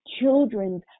children's